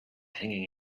hanging